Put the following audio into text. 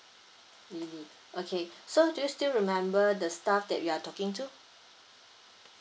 lily okay so do you still remember the staff that you are talking to